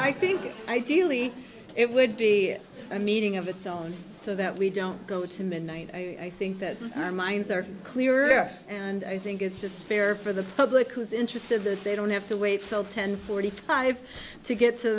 i think ideally it would be a meeting of its own so that we don't go to midnight i think that minds are clear yes and i think it's just fair for the public who is interested that they don't have to wait til ten forty five to get to